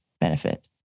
benefit